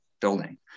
building